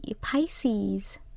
Pisces